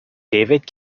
david